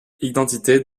identité